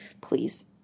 Please